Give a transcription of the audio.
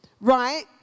right